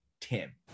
TIM